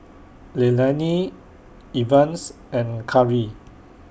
Leilani Evans and Khari